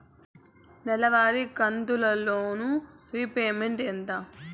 నెలవారి కంతు loan repayment ఎంత?